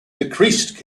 decreased